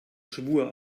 schwur